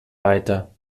weiter